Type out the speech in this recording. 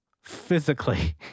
physically